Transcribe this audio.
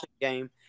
game